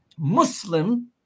Muslim